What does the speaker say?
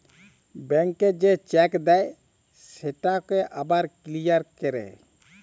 ব্যাংকে যে চ্যাক দেই সেটকে আবার কিলিয়ার ক্যরে